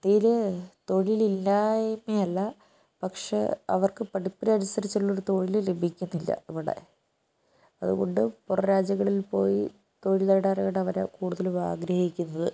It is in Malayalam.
ഇന്ത്യയിൽ തൊഴിലില്ലായ്മയല്ല പക്ഷേ അവർക്ക് പഠിപ്പിന് അനുസരിച്ചുള്ള ഒരു തൊഴില് ലഭിക്കുന്നില്ല ഇവിടെ അതുകൊണ്ട് പുറം രാജ്യങ്ങളിൽ പോയി തൊഴിൽ നേടാനാണ് അവർ കൂടുതലും ആഗ്രഹിക്കുന്നത്